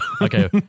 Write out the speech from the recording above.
okay